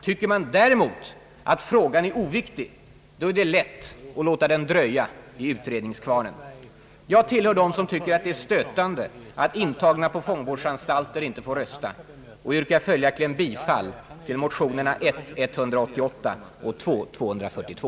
Tycker man däremot att frågan är oviktig, är det lätt att låta den dröja i utredningskvarnen. Jag tillhör dem som tycker att det är stötande att intagna på fångvårdsanstalter inte får rösta och yrkar följaktligen bifall till motionerna I: 188 och II: 242.